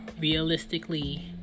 realistically